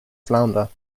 flounder